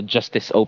Justice